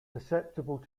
susceptible